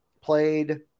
played